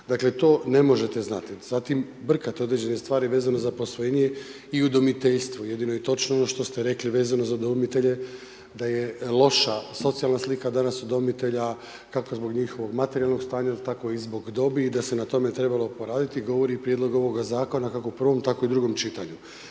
Dakle to ne možete znati. Zatim brkate određene stvari vezane za posvojenje i udomiteljstvo, jedino je točno ono što ste rekli vezano za udomitelje da je loša socijalna slika danas udomitelja, kako zbog njihovog materijalnog stanja tako i zbog dobi i da se na tome trebalo poraditi govori i prijedlog ovoga zakona kako u prvom tako i u drugom čitanju.